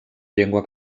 llengua